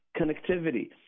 connectivity